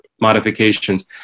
modifications